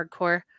hardcore